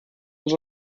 els